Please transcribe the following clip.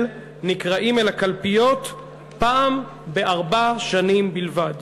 נקראים אל הקלפיות פעם בארבע שנים בלבד,